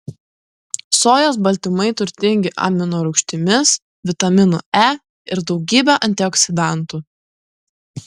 sojos baltymai turtingi aminorūgštimis vitaminu e ir daugybe antioksidantų